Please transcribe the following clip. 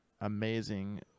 amazing